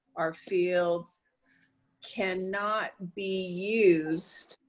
our fields cannot be used